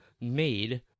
made